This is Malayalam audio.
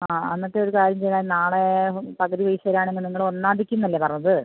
ആ എന്നിട്ട് ഒരു കാര്യം ചെയ്യണം നാളേ പകുതി പൈസ തരികയാണെങ്കിൽ നിങ്ങൾ ഒന്നാം തീയതിക്ക് എന്നല്ലെ പറഞ്ഞത്